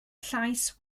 llais